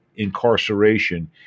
incarceration